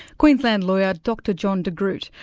queensland lawyer dr john de groot,